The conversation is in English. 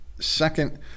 second